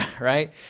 right